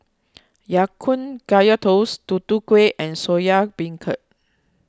Ya Kun Kaya Toast Tutu Kueh and Soya Beancurd